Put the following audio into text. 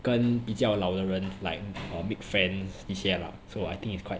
跟比较老的人 like uh make friends 一些 lah so I think it's quite